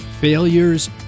failures